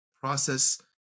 process